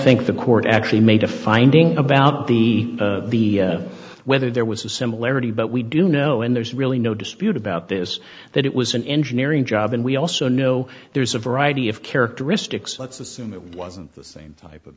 think the court actually made a finding about the whether there was a similarity but we do know and there's really no dispute about this that it was an engineering job and we also know there's a variety of characteristics let's assume it wasn't the same type of